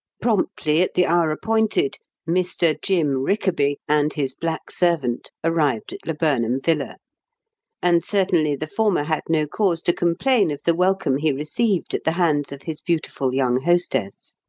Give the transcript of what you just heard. promptly, at the hour appointed, mr. jim rickaby and his black servant arrived at laburnam villa and certainly the former had no cause to complain of the welcome he received at the hands of his beautiful young hostess.